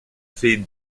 fait